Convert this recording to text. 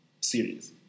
series